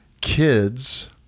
kids